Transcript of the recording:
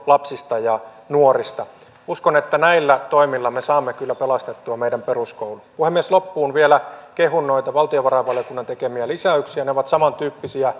lapsista ja nuorista uskon että näillä toimilla me saamme kyllä pelastettua meidän peruskoulun puhemies loppuun vielä kehun noita valtiovarainvaliokunnan tekemiä lisäyksiä ne ovat